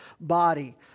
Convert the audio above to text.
body